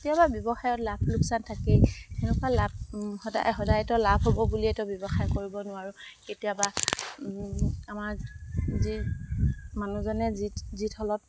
কেতিয়াবা ব্যৱসায়ত লাভ লোকচান থাকেই সেনেকুৱা লাভ সদায় সদায়তো লাভ হ'ব বুলিয়েতো ব্যৱসায় কৰিব নোৱাৰোঁ কেতিয়াবা আমাৰ যি মানুহজনে যি যি থলত